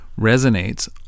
resonates